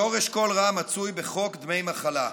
שורש כל רע מצוי בחוק דמי מחלה.